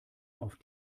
auf